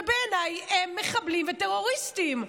ובעיניי הם מחבלים וטרוריסטים,